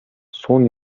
son